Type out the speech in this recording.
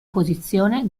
posizione